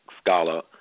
scholar